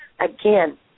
Again